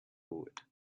forward